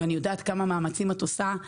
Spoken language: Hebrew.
ואני יודעת כמה מאמצים את עושה,